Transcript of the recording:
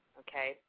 okay